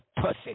pussy